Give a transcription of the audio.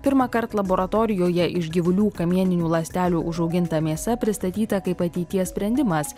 pirmąkart laboratorijoje iš gyvulių kamieninių ląstelių užauginta mėsa pristatyta kaip ateities sprendimas